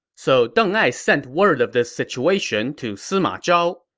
so deng ai sent word of this situation to sima zhao.